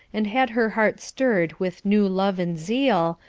and had her heart stirred with new love and zeal,